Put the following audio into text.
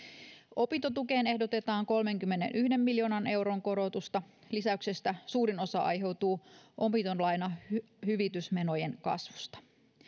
opintotukeen ehdotetaan kolmenkymmenenyhden miljoonan euron korotusta lisäyksestä suurin osa aiheutuu opintolainahyvitysmenojen kasvusta